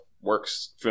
works